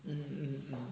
mm mm